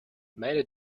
many